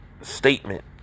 statement